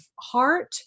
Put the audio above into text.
heart